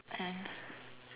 and